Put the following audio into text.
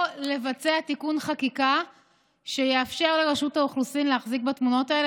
או לבצע תיקון חקיקה שיאפשר לרשות האוכלוסין להחזיק בתמונות האלה.